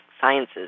Sciences